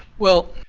well,